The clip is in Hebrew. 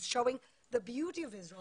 אני גם לא מסכימה עם המונח הזה,